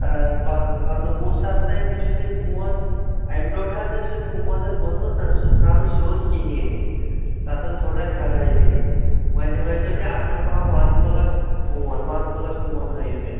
پنٛد پنٛد وُہ ساس تانۍ وُچھُو تُہۍ فون اَمہِ برٛونٛٹھ حظ ٲسۍ اَسہِ فون حظ اونمُت نا سُہ درٛاو نہَ سیٚود کِہیٖنٛۍ تَتھ ٲسۍ تھوڑا خرٲبی وۅنۍ ہٲوِتَو مےٚ اَصٕل پہَن OnePlus phone OnePlus phone ہٲوِو مےٚ